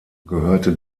gehörte